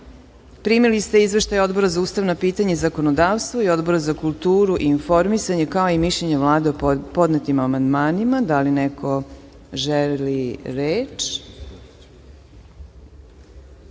ste izveštaj Odbora za ustavna pitanja i zakonodavstvo i Odbora za kulturu i informisanje, kao i mišljenje Vlade o podnetim amandmanima. Da li neko želi reč? Reč